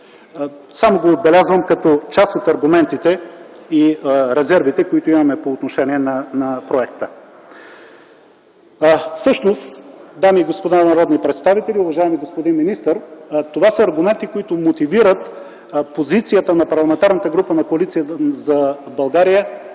Само го отбелязвам като част от аргументите и резервите, които имаме по отношение на проекта. Всъщност, дами и господа народни представители, уважаеми господин министър, това са аргументи, които мотивират позицията на Парламентарната група на